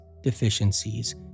deficiencies